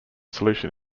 solution